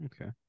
Okay